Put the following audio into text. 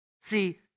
See